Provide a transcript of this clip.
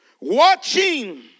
watching